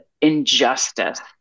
injustice